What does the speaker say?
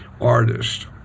artist